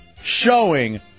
showing